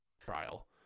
trial